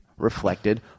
reflected